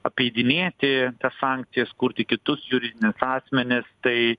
apeidinėti tas sankcijas kurti kitus juridinius asmenis tai